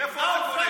איפה אתה קונה?